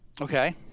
Okay